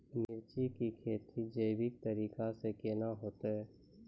मिर्ची की खेती जैविक तरीका से के ना होते?